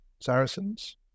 Saracens